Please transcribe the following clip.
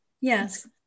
Yes